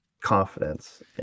confidence